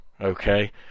okay